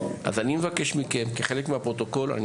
אני מבקש מכם, כחלק מהפרוטוקול: